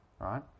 Right